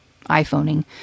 iPhoning